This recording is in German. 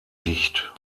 dicht